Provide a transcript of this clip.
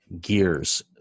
gears